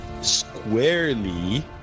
squarely